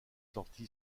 sorti